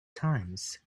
times